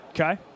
Okay